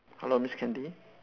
hello miss candy